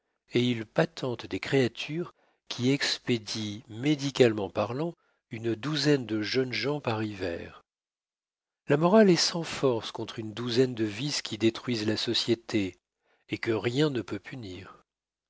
et il patente des créatures qui expédient médicalement parlant une douzaine de jeunes gens par hiver la morale est sans force contre une douzaine de vices qui détruisent la société et que rien ne peut punir